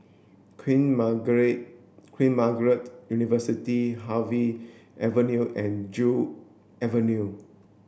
Queen Margaret Queen Margaret University Harvey Avenue and Joo Avenue